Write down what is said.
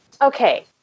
Okay